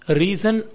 reason